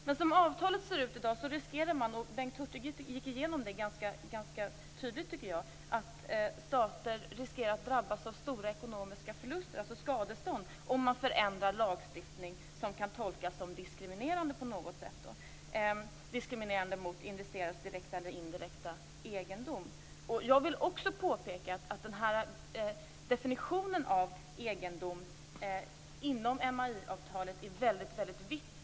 Men som avtalet ser ut i dag - Bengt Hurtig gick igenom det ganska tydligt, tycker jag - riskerar stater att drabbas av stora ekonomiska förluster, alltså skadestånd, om man förändrar lagstiftning som kan tolkas som diskriminerande på något sätt vad gäller investerarens direkta eller indirekta egendom. Jag vill också påpeka att definitionen av egendom inom MAI-avtalet är väldigt vid.